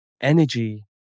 energy